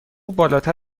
بالاتر